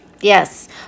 Yes